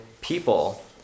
people